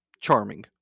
charming